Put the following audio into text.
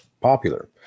popular